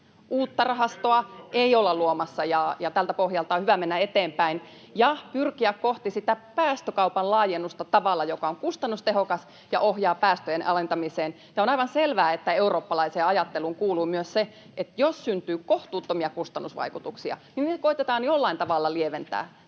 uutta rahastoa ei olla luomassa, ja tältä pohjalta on hyvä mennä eteenpäin ja pyrkiä kohti sitä päästökaupan laajennusta tavalla, joka on kustannustehokas ja ohjaa päästöjen alentamiseen. On aivan selvää, että eurooppalaiseen ajatteluun kuuluu myös se, että jos syntyy kohtuuttomia kustannusvaikutuksia, niin niitä koetetaan jollain tavalla lieventää.